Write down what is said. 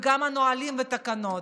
וגם את הנהלים והתקנות,